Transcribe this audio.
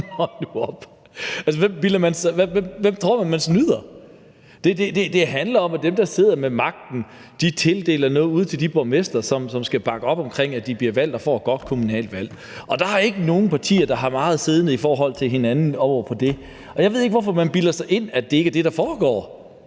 hvem tror man at man snyder? Det handler om, at dem, der sidder ved magten, deler noget ud til de borgmestre; det skal bakke op om, at de bliver valgt og får et godt kommunalvalg. Der er ikke nogen partier, der har meget at lade hinanden høre i forhold til det. Og jeg ved ikke, hvor man bilder sig ind, at det ikke er det, der foregår.